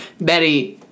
Betty